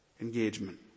engagement